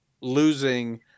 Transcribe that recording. losing